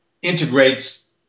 integrates